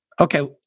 Okay